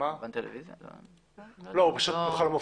זה בכלל לא מופיע.